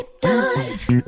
dive